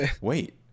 wait